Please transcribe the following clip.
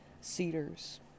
cedars